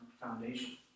foundation